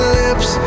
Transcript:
lips